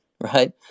right